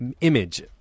Image